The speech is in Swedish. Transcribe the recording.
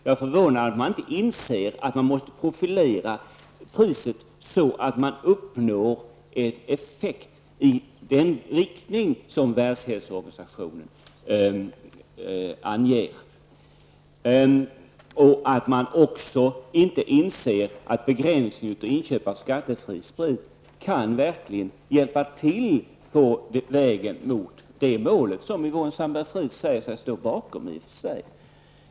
Jag är förvånad att man inte inser att man måste profilera priset så att man uppnår en effekt i den riktning som Världshälsoorganisationen anger, och att man dessutom inte inser att den begränsning av inköp av skattefri sprit verkligen kan hjälpa till på vägen mot det mål som Yvonne Sandberg-Fries säger sig stå bakom.